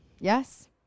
yes